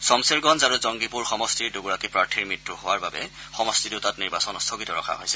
ছমছেৰগঞ্জ আৰু জঙ্গীপুৰ সমষ্টিৰ দুগৰাকী প্ৰাৰ্থীৰ মৃত্যু হোৱাৰ বাবে সমষ্টি দুটাত নিৰ্বাচন স্থগিত ৰখা হৈছে